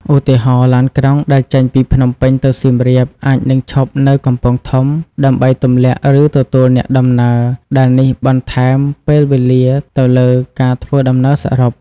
ឧទាហរណ៍ ឡានក្រុងដែលចេញពីភ្នំពេញទៅសៀមរាប អាចនឹងឈប់នៅកំពង់ធំដើម្បីទម្លាក់ ឬទទួលអ្នកដំណើរ ដែលនេះបន្ថែមពេលវេលាទៅលើការធ្វើដំណើរសរុប។